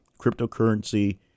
cryptocurrency